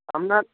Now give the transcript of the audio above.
আপনার